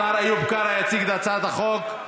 השר איוב קרא יציג את הצעת החוק.